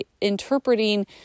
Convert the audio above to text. interpreting